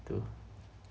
to